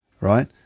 right